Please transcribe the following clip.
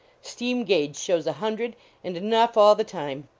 steam-gauge shows a hundred and enough all the time.